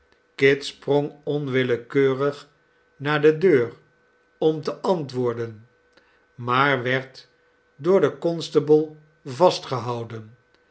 kit sprong onwillekeurig naar de deur om te antwoorden maar werd door den constable vastgehouden